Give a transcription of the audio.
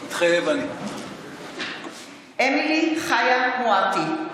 מתחייב אני אמילי חיה מואטי,